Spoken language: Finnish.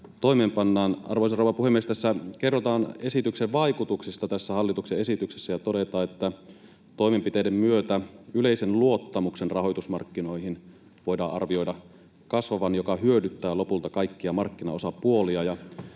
toimeenpannaan. Arvoisa rouva puhemies! Tässä hallituksen esityksessä kerrotaan esityksen vaikutuksista ja todetaan, että toimenpiteiden myötä yleisen luottamuksen rahoitusmarkkinoihin voidaan arvioida kasvavan, mikä hyödyttää lopulta kaikkia markkinaosapuolia.